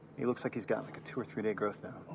he looks like he's got like a two or three-day growth now.